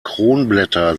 kronblätter